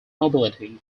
nobility